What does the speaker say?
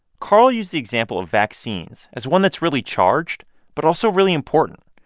carl used the example of vaccines as one that's really charged but also really important.